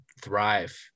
thrive